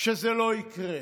שזה לא יקרה,